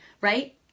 right